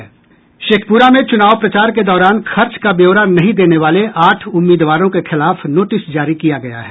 शेखप्ररा में चूनाव प्रचार के दौरान खर्च का ब्यौरा नहीं देने वाले आठ उम्मीदवारों के खिलाफ नोटिस जारी किया गया है